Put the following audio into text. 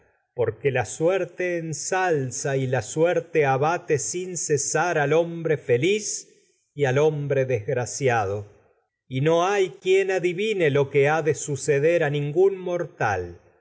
vida la suerte ensalza y la suerte abate sin cesar al hombre feliz y al hombre desgracia do y no hay quien adivine lo que le ha de suceder a